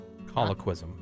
colloquism